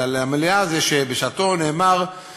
מהם שהדברים